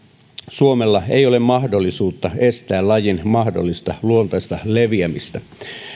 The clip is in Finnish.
suomella ei ole mahdollisuutta estää lajin mahdollista luontaista leviämistä